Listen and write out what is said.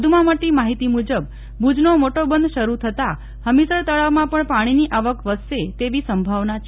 વધુમાં મળતી માહિતી મુજબ ભુજનો મોટો બંધ શરૂ થતાં હમીરસર તળાવમાં પણ પાણીની આવક વધશે તેવી સંભાવના છે